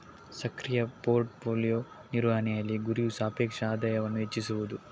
ಸಕ್ರಿಯ portfolio ನಿರ್ವಹಣೆಯಲ್ಲಿ, ಗುರಿಯು ಸಾಪೇಕ್ಷ ಆದಾಯವನ್ನು ಹೆಚ್ಚಿಸುವುದು